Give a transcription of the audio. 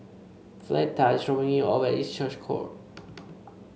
Fleeta is dropping me off at East Church call